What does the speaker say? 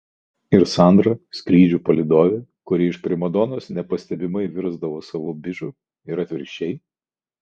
ir sandra skrydžių palydovė kuri iš primadonos nepastebimai virsdavo savu biču ir atvirkščiai